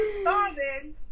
Starving